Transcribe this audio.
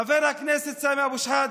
חבר הכנסת סמי אבו שחאדה,